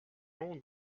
all